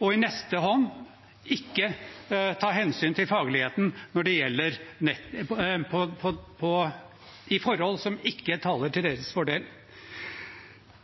og i neste hånd ikke ta hensyn til fagligheten i forhold som ikke taler til deres fordel.